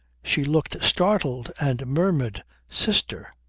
she looked startled and murmured sister!